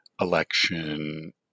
election